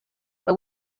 but